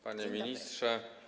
Panie Ministrze!